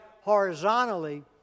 horizontally